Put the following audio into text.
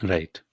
Right